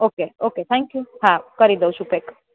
okay okay thank you હા કરી દઉ છું પેક